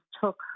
took